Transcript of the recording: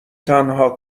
تنها